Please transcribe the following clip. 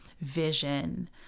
vision